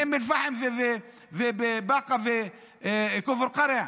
באום אל-פחם ובבאקה ובכפר קרע.